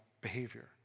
behavior